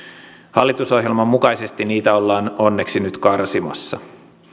hallitusohjelman mukaisesti niitä ollaan onneksi nyt karsimassa